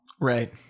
Right